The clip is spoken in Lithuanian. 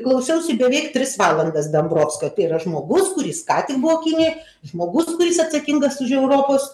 klausiausi beveik tris valandas dambrovskio tai yra žmogus kuris ką tik buvo kinijoj žmogus kuris atsakingas už europos